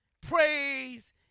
praise